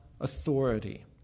authority